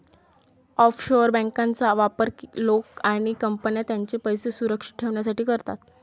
offshore बँकांचा वापर लोक आणि कंपन्या त्यांचे पैसे सुरक्षित ठेवण्यासाठी करतात